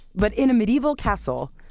but in a medieval castle,